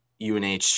UNH